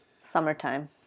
summertime